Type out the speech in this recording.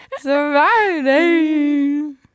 Surviving